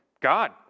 God